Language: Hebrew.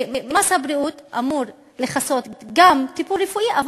ומס הבריאות אמור לכסות גם טיפול רפואי בשבילם,